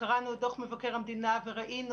כשקראנו את דוח מבקר המדינה וראינו,